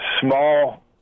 small